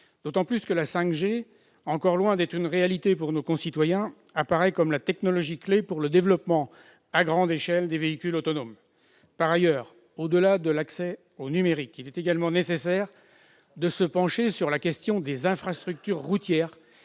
La 5G, qui est encore loin d'être une réalité pour nos concitoyens, apparaît comme la « technologie clé » pour le développement à grande échelle des véhicules autonomes. Par ailleurs, au-delà de l'accès au numérique, il est également nécessaire de se pencher sur la question des infrastructures routières,